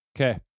Okay